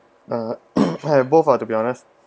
uh have both ah to be honest